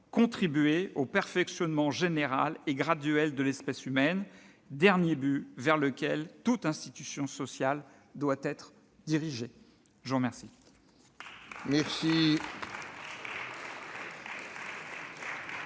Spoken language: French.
contribuer [au] perfectionnement général et graduel de l'espèce humaine, dernier but vers lequel toute institution sociale doit être dirigée ». La parole